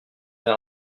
d’un